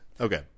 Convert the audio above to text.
Okay